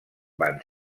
van